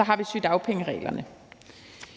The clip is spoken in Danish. har vi sygedagpengereglerne.